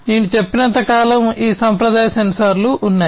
నేను చెప్పినంత కాలం ఈ సంప్రదాయ సెన్సార్లు ఉన్నాయి